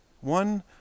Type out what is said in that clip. one